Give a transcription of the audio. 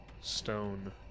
stone